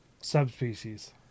Subspecies